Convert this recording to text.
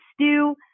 stew